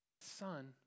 Son